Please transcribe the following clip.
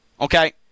Okay